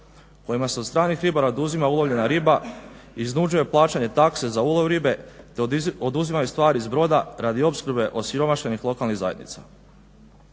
kojima se od stranih ribara oduzima ulovljena riba, iznuđuje plaćanje takse za ulov ribe te oduzimaju stvari s broda radi opskrbe osiromašenih lokalnih zajednica.